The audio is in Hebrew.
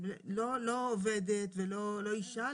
לא עובדת ולא אישה,